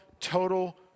total